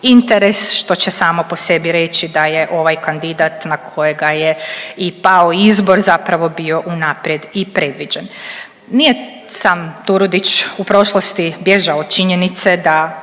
što će samo po sebi reći da je ovaj kandidat na kojega je i pao izbor zapravo bio unaprijed i predviđen. Nije sam Turudić u prošlosti bježao od činjenice da